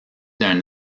d’un